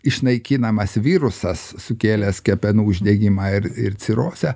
išnaikinamas virusas sukėlęs kepenų uždegimą ir ir cirozę